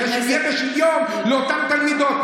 כדי שזה יהיה בשוויון לאותן תלמידות.